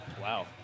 Wow